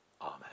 Amen